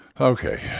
okay